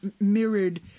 mirrored